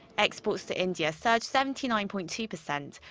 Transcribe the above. exports to india surged seventy nine point two percent.